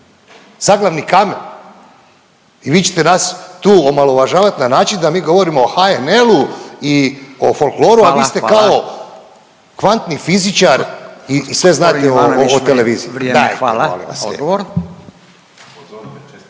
zaglavni kamen i vi ćete nas tu omalovažavati na način da mi govorimo o HNL-u i o folkloru … .../Upadica: Hvala, hvala./... a vi ste kao kvantni fizičar i sve znate o televiziji.